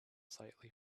slightly